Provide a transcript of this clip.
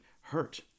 hurt